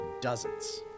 dozens